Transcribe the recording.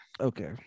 Okay